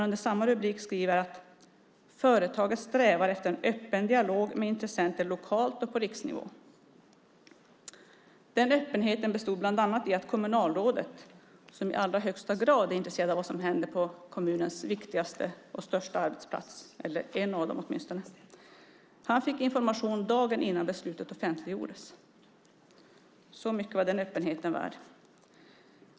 Under samma rubrik skriver man att företaget strävar efter en öppen dialog med intressenter lokalt och på riksnivå. Den öppenheten bestod bland annat i att kommunalrådet, som i allra högsta grad är intresserad av vad som händer på en av kommunens viktigaste och största arbetsplatser, fick information dagen innan beslutet offentliggjordes. Så mycket var den öppenheten värd!